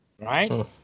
right